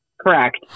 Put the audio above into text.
Correct